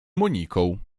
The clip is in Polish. moniką